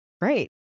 Great